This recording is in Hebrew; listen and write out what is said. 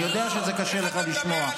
אני יודע שזה קשה לך לשמוע.